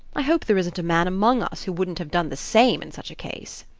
i hope there isn't a man among us who wouldn't have done the same in such a case.